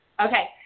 Okay